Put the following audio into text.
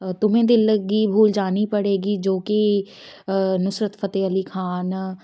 ਤੁਮੇ ਦਿਲ ਲਗੀ ਭੂਲ ਜਾਣੀ ਪੜੇਗੀ ਜੋ ਕਿ ਨੁਸਰਤ ਫਤਿਹ ਅਲੀ ਖਾਨ